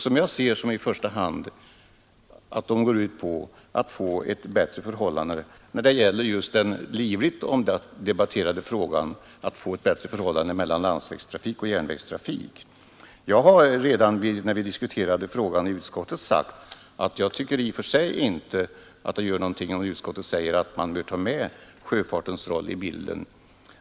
Som jag ser det går målsättningen i första hand ut på att få ett bättre förhållande mellan landsvägstrafik och järnvägstrafik, en livligt omdebatterad fråga. Redan när vi diskuterade frågan i utskottet sade jag att jag i och för sig inte tycker det gör någonting om utskottet skriver att man bör ta med sjöfarten i bilden.